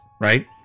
right